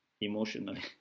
emotionally